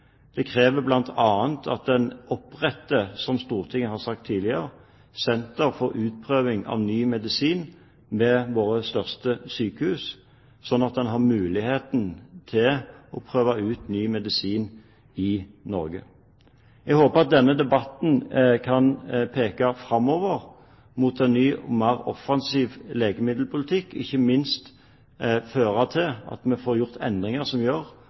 Det krever bl.a. at man oppretter, som Stortinget har sagt tidligere, et senter for utprøving av ny medisin ved våre største sykehus, slik at man har muligheten til å prøve ut ny medisin i Norge. Jeg håper at denne debatten kan peke framover mot en ny og mer offensiv legemiddelpolitikk, og ikke minst at det fører til endringer som gjør at den reduksjonen i utgifter som